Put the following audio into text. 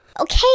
Okay